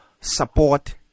support